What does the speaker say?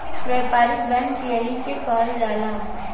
व्यापारिक बैंक एही के कहल जाला